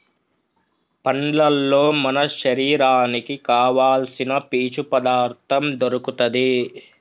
పండ్లల్లో మన శరీరానికి కావాల్సిన పీచు పదార్ధం దొరుకుతది